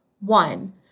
one